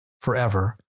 forever